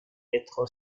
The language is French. être